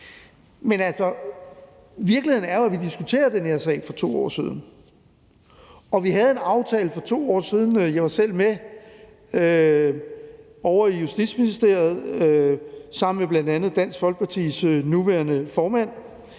Men virkeligheden er jo, at vi diskuterede den her sag for 2 år siden, og vi havde en aftale for 2 år siden – jeg var selv med ovre i Justitsministeriet sammen med bl.a. Dansk Folkepartis nuværende formand